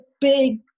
big